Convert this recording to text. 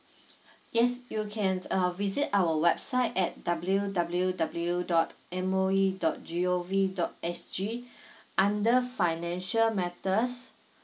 yes you can uh visit our website at w w w dot M O E dot g o v dot s g under financial matter